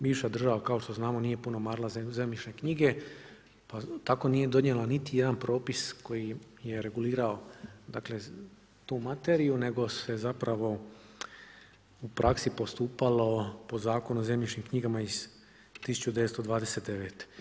Bivša država kao što znamo nije puno marila za zemljišne knjige pa tako nije donijela niti jedan propis koji je regulirao tu materiju nego se u praksi postupalo po Zakonu o zemljišnim knjigama iz 1929.